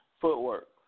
footwork